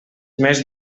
més